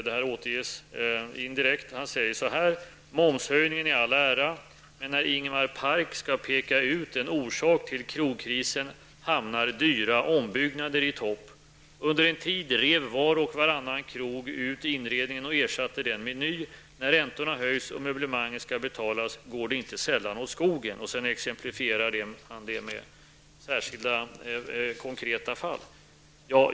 Där står det: ''Momshöjningen i all ära, men när Ingemar Park skall peka ut en orsak till krogkrisen hamnar dyra ombyggnader i topp. Under en tid rev var och varannan krog ut inredningen och ersatte den med ny. När räntorna höjs och möblemangen skall betalas går det inte sällan åt skogen.'' Sedan exemplifierar han det med särskilda konkreta fall.